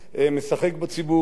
משחק בכספי ציבור,